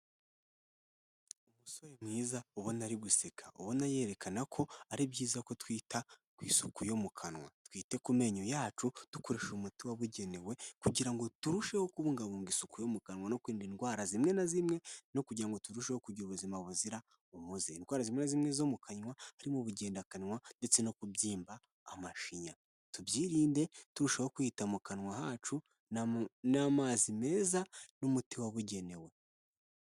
Umusore mwiza ubona ari guseka ubona yerekana ko ari byiza ko twita ku isuku yo mu kanwa twite ku menyo yacu dukoresheje umuti wabugenewe kugira ngo turusheho kubungabunga isuku yo mu kanwa no kwirinda indwara zimwe na zimwe no kugira ngo turusheho kugira ubuzima buzira umuze , indwara zimwe na zimwe zo mu kanwa harimo ubugendakanwa ndetse no kubyimba amashinya tubyirinde turushaho kwita mu kanwa hacu n'amazi meza n'umuti wabugenewe.